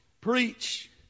Preach